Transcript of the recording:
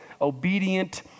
obedient